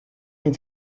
den